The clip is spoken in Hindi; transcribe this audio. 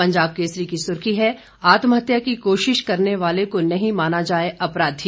पंजाब केसरी की सुर्खी है आत्महत्या की कोशिश करने वाले को नहीं माना जाए अपराधी